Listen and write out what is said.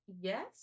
Yes